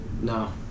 No